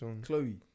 Chloe